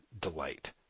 Delight